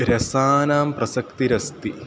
रसानां प्रसक्तिरस्ति